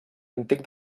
antic